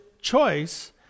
choice